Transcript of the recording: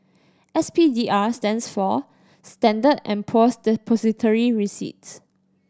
S P D R stands for Standard and Poor's Depository Receipts